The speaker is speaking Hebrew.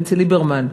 בנצי ליברמן,